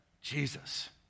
Jesus